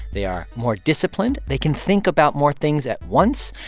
they are more disciplined. they can think about more things at once.